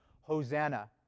Hosanna